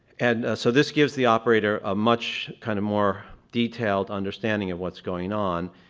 and so this gives the operator a much kind of more detailed understanding of what's going on.